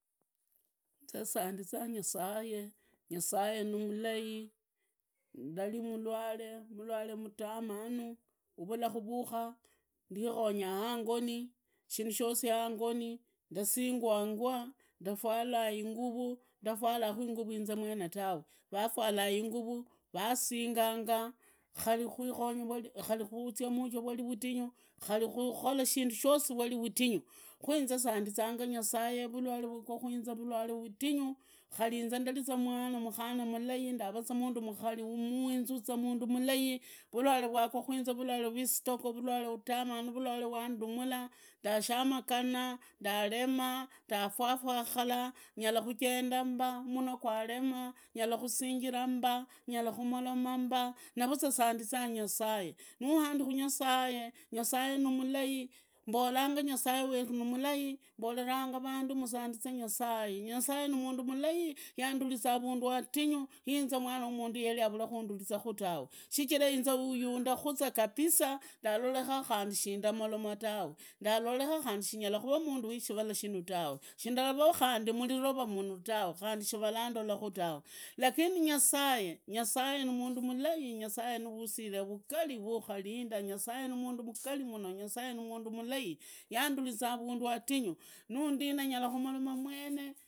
Sasa sandiza nyasaye, nyasaye nimulai, ndali mulwale, mulwalwe muramanu uvula kuvuka ndikonyanga hangoni shindu shosi, yaangoni, ndasingwangwa ndafwalwa inguri, ndafwalanga inguvu inze mwene tawe, rafwala, inguvu vasinganga, khari kwikonya na kuzia muchua vwari vadingu, khari kukora shindu shosi vwari vudinyu, ku sandizanga nyasaye, vulwale vwagwa kuinze vulwale vatingu, khari inze ndari za mwana mukhana mulai, ndava za mundu mukari munzu wa mundu mulai, vulwale vwagwa kuinzi vulwale kwa istroke, vulwale vutamanu, vulwale vwandumula, ndasamagana naremaa, ndafwafwalaa, nyala kujenda mba, munua kwalemaa, nyara kusingira mba, nyala kumoromaa mba, na vuzwa sadizua nyasaye nuhandi kunyasaye, nyasaye numulai, mbolanga nyasaye weru nimulai mboleranga vandu musandize nyasaye, nyasaye ni mundu mulai, yanduliza avandu adinyi yuinze mwana wa mundu yali avulee kundurizao tuwe. Shicha inze uyundagwa za kabisa ndaloleka shindamoloma tawe, ndaloleka khandi shinyala kuvaa mundu, wishivala ishi tawe, shindarukunga mulirova yuvu tuwe khandi shavandola ku tuwe, lakini nyasaye, nyasaye nimindu mulai, yandunduliza avundu atinyu nuundi nyala kumoloma.